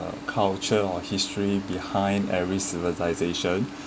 the culture or history behind every civilization